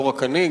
לא רק אני,